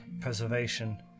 preservation